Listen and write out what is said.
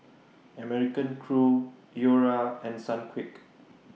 American Crew Iora and Sunquick